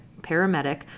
paramedic